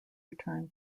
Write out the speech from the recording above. return